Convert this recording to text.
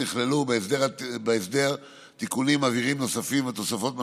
נכללו בהסדר תיקונים מבהירים נוספים ותוספות משלימות.